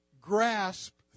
grasp